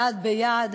יד ביד,